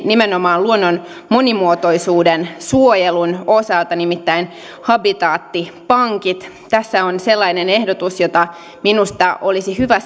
nimenomaan luonnon monimuotoisuuden suojelun osalta nimittäin habitaattipankit tässä on sellainen ehdotus jota minusta olisi hyvä